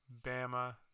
Bama